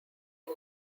use